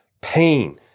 pain